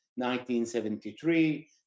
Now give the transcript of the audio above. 1973